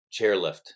chairlift